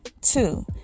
two